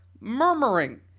murmuring